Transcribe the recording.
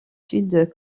sud